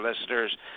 listeners